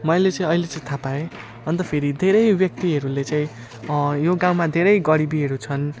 मैले चाहिँ अहिले चाहिँ थाहा पाएँ अन्त फेरि धेरै व्यक्तिहरू चाहिँ यो गाउँमा धेरै गरिबीहरू छन्